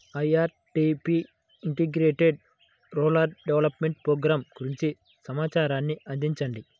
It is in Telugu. IRDP integrated rural development programme గురించి సమాచారాన్ని అందించండి?